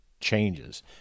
changes